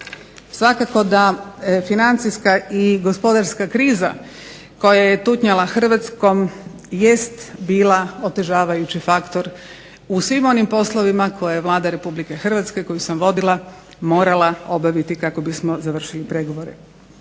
Svakako da financijska i gospodarska kriza koja je tutnjala Hrvatskom jest bila otežavajući faktor u svim poslovima koje Vlada Republike Hrvatske koju sam vodila morala obaviti kako bismo završili pregovore.